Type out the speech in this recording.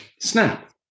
snap